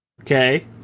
Okay